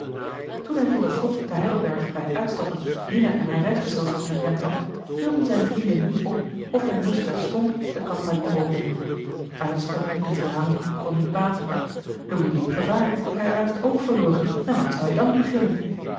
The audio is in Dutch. toen hij voor het slot te heidelberg bij het uitstappen lina en haar reisgezelschap herkend had hielden zijne vrienden niet op of men moest terstond de campagne openen uitstellen en dralen kon niet baten louis liep gevaar dat hij haar uit het oog verloor en wat zou hij dan beginnen